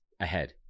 ahead